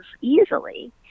easily